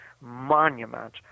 monument